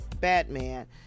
batman